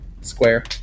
square